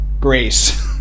grace